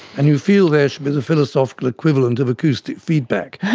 and you feel there should be the philosophical equivalent of acoustic feedback,